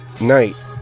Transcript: night